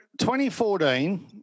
2014